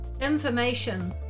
information